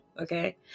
okay